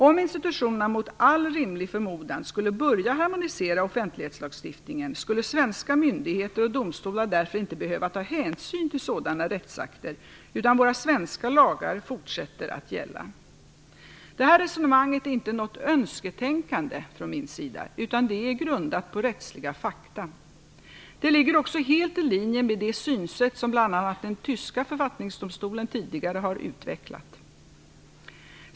Om institutionerna mot all rimlig förmodan skulle börja harmonisera offentlighetslagstiftningen skulle svenska myndigheter och domstolar därför inte behöva ta hänsyn till sådana rättsakter, utan våra svenska lagar fortsätter att gälla. Detta resonemang är inte något önsketänkande från min sida, utan det är grundat på rättsliga fakta. Det ligger också helt i linje med det synsätt som bl.a. den tyska författningsdomstolen tidigare har utvecklat.